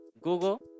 Google